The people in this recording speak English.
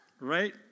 Right